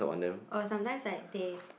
uh sometimes like they